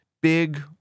big